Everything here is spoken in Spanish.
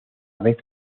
vez